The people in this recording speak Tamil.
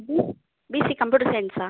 B B C computer சையின்ஸா